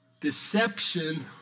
deception